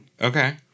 Okay